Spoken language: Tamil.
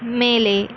மேலே